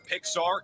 Pixar